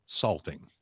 salting